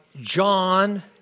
John